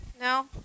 No